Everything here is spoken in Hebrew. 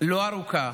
לא ארוכה